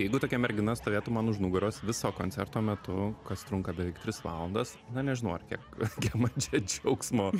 jeigu tokia mergina stovėtų man už nugaros viso koncerto metu kas trunka beveik tris valandas na nežinau ar kiek kiek man čia džiaugsmo